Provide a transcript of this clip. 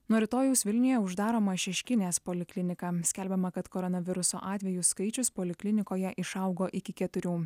nuo rytojaus vilniuje uždaroma šeškinės poliklinika skelbiama kad koronaviruso atvejų skaičius poliklinikoje išaugo iki keturių